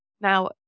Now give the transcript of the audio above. now